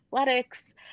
athletics